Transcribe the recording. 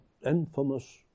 infamous